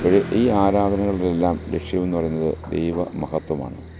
പ്പഴ് ഈ ആരാധനയുടെ എല്ലാം ലക്ഷ്യം എന്ന് പറയുന്നത് ദൈവ മഹത്വമാണ്